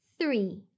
three